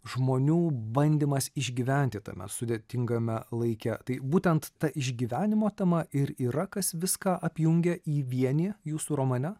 žmonių bandymas išgyventi tame sudėtingame laike tai būtent ta išgyvenimo tema ir yra kas viską apjungia į vienį jūsų romane